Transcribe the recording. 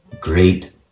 great